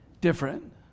different